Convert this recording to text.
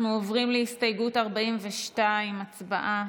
אנחנו עוברים להסתייגות 42. הצבעה.